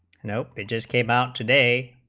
you know pages came out today